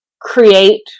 create